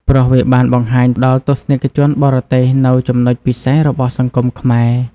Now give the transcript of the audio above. ព្រោះវាបានបង្ហាញដល់ទស្សនិកជនបរទេសនូវចំណុចពិសេសរបស់សង្គមខ្មែរ។